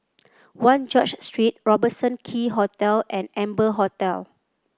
One George Street Robertson Quay Hotel and Amber Hotel